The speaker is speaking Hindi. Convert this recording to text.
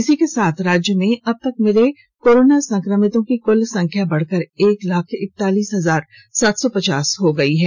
इसी के साथ राज्य में अब तक मिले कोरोना संक्रमितों की कुल संख्या बढ़कर एक लाख इकतालीस हजार सात सौ पचास पहंच गई है